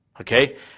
Okay